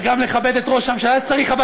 וגם לכבד את ראש הממשלה כשצריך,